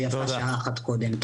ויפה שעה אחת קודם.